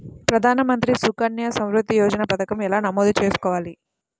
ప్రధాన మంత్రి సుకన్య సంవృద్ధి యోజన పథకం ఎలా నమోదు చేసుకోవాలీ?